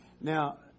Now